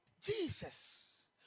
Jesus